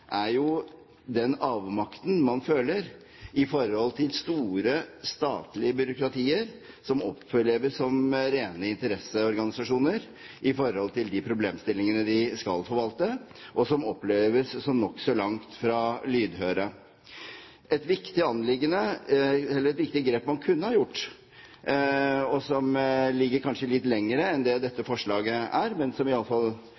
er jo den avmakten man føler overfor store, statlige byråkratier som oppleves som rene interesseorganisasjoner i forhold til de problemstillingene de skal forvalte, og som oppleves som nokså langt fra lydhøre. Et viktig grep man kunne ha gjort, som kanskje går litt lenger enn